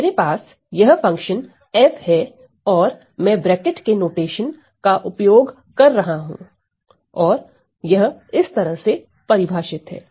मेरे पास यह फंक्शन f है और मैं ब्रैकेट के नोटेशन का उपयोग कर रहा हूं और यह इस तरह से परिभाषित है